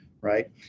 Right